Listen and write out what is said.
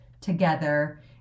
together